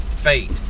fate